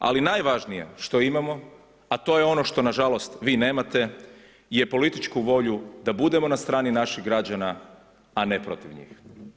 Ali najvažnije što imamo, a to je ono što na žalost vi nemate je političku volju da budemo na strani naših građana, a ne protiv njih.